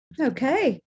Okay